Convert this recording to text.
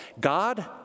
God